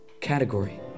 category